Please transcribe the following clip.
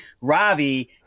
Ravi